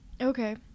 Okay